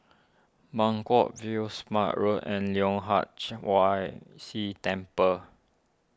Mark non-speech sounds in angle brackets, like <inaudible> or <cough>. Buangkok View Smart Road and Leong Hwa <unintelligible> why Si Temple